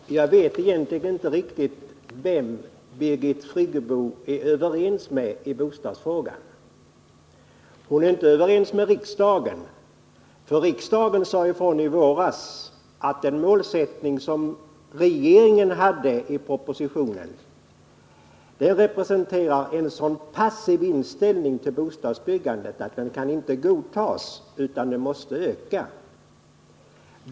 Herr talman! Jag vet inte riktigt vem Birgit Friggebo är överens med i bostadsfrågan. Hon är inte överens med riksdagen, för riksdagen sade i våras ifrån att den målsättning som regeringen hade i propositionen visade en så passiv inställning till bostadsbyggandet att den inte kunde godtas.